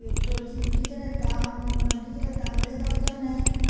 petrol ডিজেলের দাম ডিজেলের দাম বেড়ে যাওয়ার জন্যে